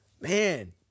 Man